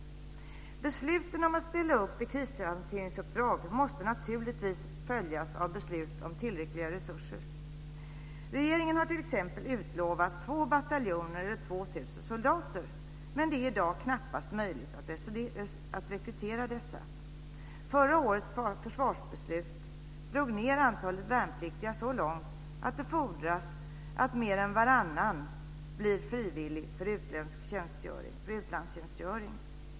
Besluten om att ställa upp i krishanteringsuppdrag måste naturligtvis följas av beslut om tillräckliga resurser. Regeringen har t.ex. utlovat två bataljoner eller 2 000 soldater. Men det är i dag knappast möjligt att rekrytera dessa. Förra årets försvarsbeslut drog ned antalet värnpliktiga så långt att det fordras att mer än varannan blir frivillig för utlandstjänstgöring.